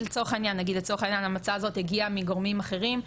ולצורך העניין ההמלצה הזאת הגיעה מגורמים אחרים,